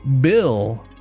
Bill